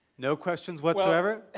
no questions whatsoever?